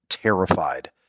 terrified